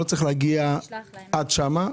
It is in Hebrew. לא צריך להגיע עד שם,